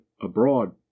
abroad